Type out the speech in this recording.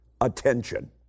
attention